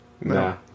No